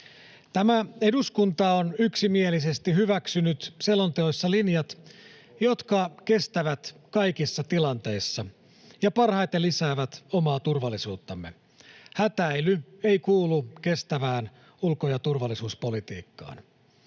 Tämä eduskunta on yksimielisesti hyväksynyt selonteoissa linjat, jotka kestävät kaikissa tilanteissa ja parhaiten lisäävät omaa turvallisuuttamme. Hätäily ei kuulu kestävään ulko- ja turvallisuuspolitiikkaan.